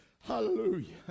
hallelujah